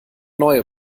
neue